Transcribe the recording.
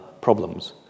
problems